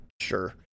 Sure